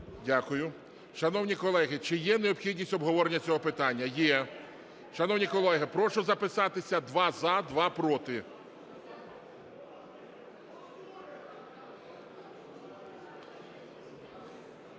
Дякую. Шановні колеги, чи є необхідність обговорення цього питання? Є. Шановні колеги, прошу записатися: два – за, два – проти.